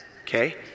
Okay